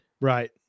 Right